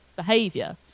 behavior